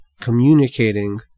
communicating